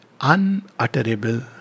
unutterable